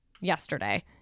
yesterday